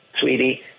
sweetie